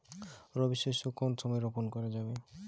রবি শস্য কোন সময় রোপন করা যাবে?